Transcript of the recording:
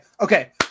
Okay